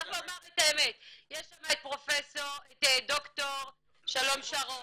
צריך לומר את האמת, יש שם את ד"ר שלום שרון